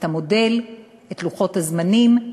את המודל, את לוחות הזמנים,